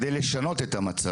על מנת לשנות את המצב.